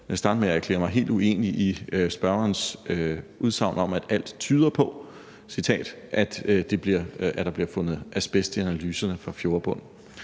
mig helt uenig i spørgerens udsagn om, at alt tyder på, at der bliver fundet, citat, »asbest i analyserne af fjordbunden«.